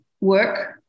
work